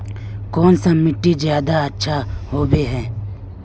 कौन सा मिट्टी ज्यादा अच्छा होबे है?